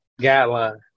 guideline